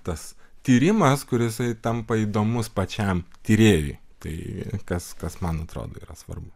tas tyrimas kurisai tampa įdomus pačiam tyrėjui tai kas kas man atrodo yra svarbu